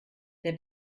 der